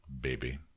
Baby